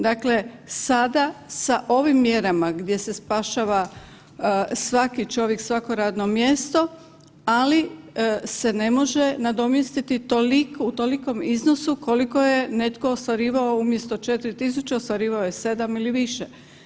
Dakle, sada sa ovim mjerama gdje se spašava svaki čovjek, svako radno mjesto, ali se ne može nadomjestiti u tolikom iznosu koliko je netko ostvarivao, umjesto 4.000 ostvarivao je 7.000 ili više.